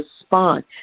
respond